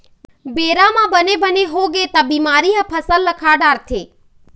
बेरा म बने बने होगे त बिमारी ह फसल ल खा डारथे